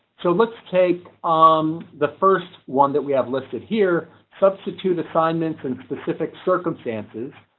so let's take on the first one that we have listed here substitute assignments and specific circumstances,